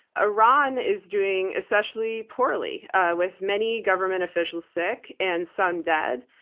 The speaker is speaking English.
iran is doing especially poorly with many government officials sick and some dead.